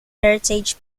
heritage